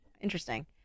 interesting